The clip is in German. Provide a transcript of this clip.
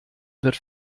wird